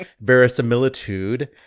verisimilitude